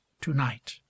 to-night